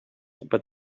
but